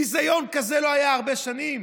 ביזיון כזה לא היה הרבה שנים.